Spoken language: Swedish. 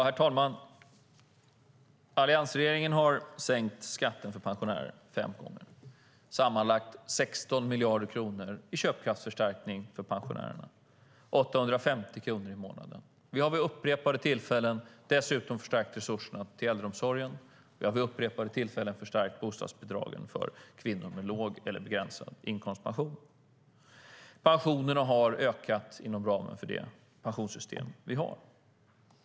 Herr talman! Alliansregeringen har sänkt skatten för pensionärer fem gånger - sammanlagt 16 miljarder kronor i köpkraftsförstärkning för pensionärerna, 850 kronor i månaden. Vi har vid upprepade tillfällen dessutom förstärkt resurserna till äldreomsorgen, och vi har vid upprepade tillfällen förstärkt bostadsbidragen för kvinnor med låg eller begränsad inkomstpension. Pensionerna har ökat inom ramen för det pensionssystem vi har.